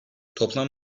toplam